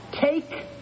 Take